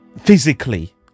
physically